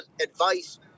advice